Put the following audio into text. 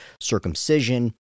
circumcision